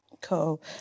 Cool